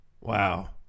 Wow